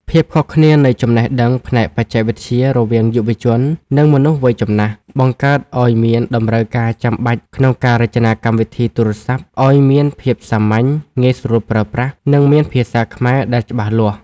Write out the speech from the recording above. ភាពខុសគ្នានៃចំណេះដឹងផ្នែកបច្ចេកវិទ្យារវាងយុវជន និងមនុស្សវ័យចំណាស់ បង្កើតឱ្យមានតម្រូវការចាំបាច់ក្នុងការរចនាកម្មវិធីទូរស័ព្ទឱ្យមានភាពសាមញ្ញ ងាយស្រួលប្រើប្រាស់ និងមានភាសាខ្មែរដែលច្បាស់លាស់។